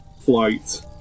flight